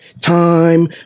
time